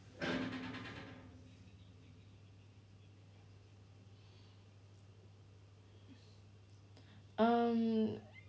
um